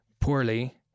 poorly